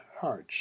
hearts